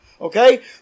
Okay